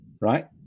right